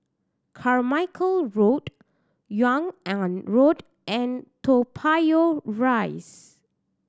Carmichael Road Yung An Road and Toa Payoh Rise